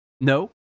No